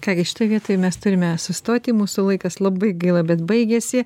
ką gi šitoje vietoj mes turime sustoti mūsų laikas labai gaila bet baigėsi